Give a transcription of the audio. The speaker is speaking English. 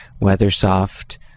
WeatherSoft